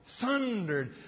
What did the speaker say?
thundered